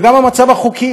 וגם המצב החוקי,